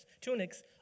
tunics